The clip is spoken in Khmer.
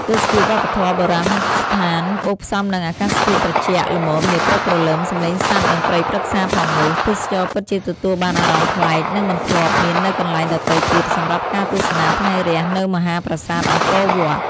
ទេសភាពវប្បធម៌ បុរាណស្ថាន បូកផ្សំនឹងធាតុអាកាសត្រជាក់ល្មមនាព្រឹកព្រលឹម សំឡេងសត្វ និងព្រៃព្រឹក្សាផងនោះ ទេសចរពិតជាទទួលបានអារម្មណ៍ប្លែក និងមិនធ្លាប់មាននៅកន្លែងដទៃទៀតសម្រាប់ការទស្សនាថ្ងៃរះនៅមហាប្រាសាទអង្គរវត្ត។